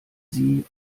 sie